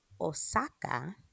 Osaka